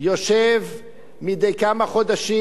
יושב מדי כמה חודשים,